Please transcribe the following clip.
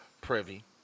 privy